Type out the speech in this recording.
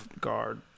guard